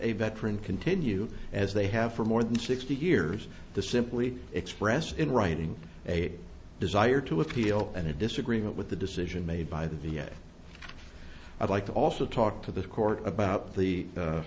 a veteran continue as they have for more than sixty years the simply expressed in writing a desire to appeal and a disagreement with the decision made by the v a i'd like to also talk to the court about the